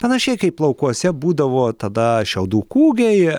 panašiai kaip laukuose būdavo tada šiaudų kūgiai